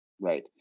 Right